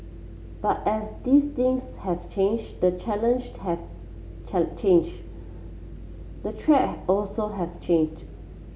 but as these things have changed the challenge have changed the threat also have changed